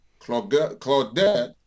Claudette